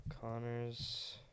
Connors